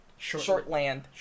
Shortland